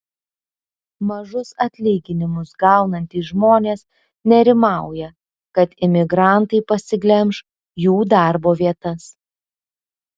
mažus atlyginimus gaunantys žmonės nerimauja kad imigrantai pasiglemš jų darbo vietas